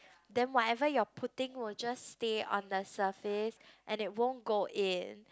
then whatever you're putting will just stay on the surface and it won't go in